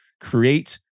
create